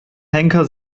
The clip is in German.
henker